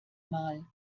mal